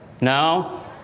No